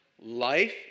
life